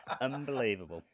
Unbelievable